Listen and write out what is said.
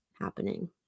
Happening